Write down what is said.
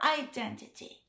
identity